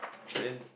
I mean